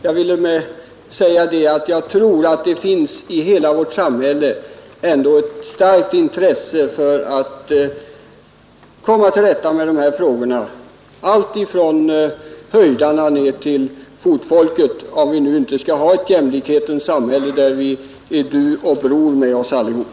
Jag ville med detta säga att jag tror att det i hela vårt samhälle finns ett starkt intresse för att komma till rätta med dessa frågor, alltifrån ”höjdarna” ner till fotfolket, om vi nu inte skall ha ett jämlikhetens samhälle, där alla är du och bror med varandra.